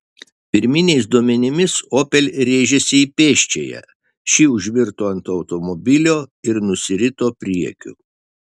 pirminiais duomenimis opel rėžėsi į pėsčiąją ši užvirto ant automobilio ir nusirito priekiu